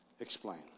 Explain